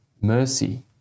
mercy